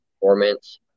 performance